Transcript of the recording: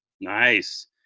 nice